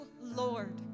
Lord